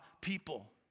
people